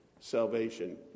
salvation